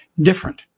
different